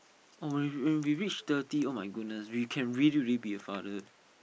oh we when we reach thirty [oh]-my-goodness we can really really be a father